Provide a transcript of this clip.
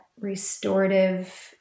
restorative